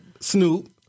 snoop